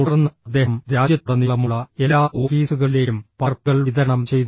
തുടർന്ന് അദ്ദേഹം രാജ്യത്തുടനീളമുള്ള എല്ലാ ഓഫീസുകളിലേക്കും പകർപ്പുകൾ വിതരണം ചെയ്തു